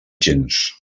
gens